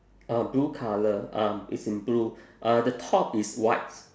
uh blue colour um it's in blue uh the top is white